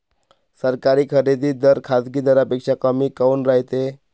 सरकारी खरेदी दर खाजगी दरापेक्षा कमी काऊन रायते?